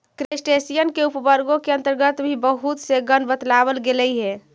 crustacean के उपवर्गों के अन्तर्गत भी बहुत से गण बतलावल गेलइ हे